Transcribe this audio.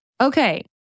okay